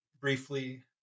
briefly